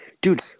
Dude